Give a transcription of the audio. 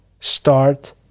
start